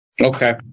okay